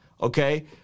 Okay